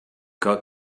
got